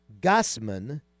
Gassman